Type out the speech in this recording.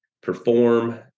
perform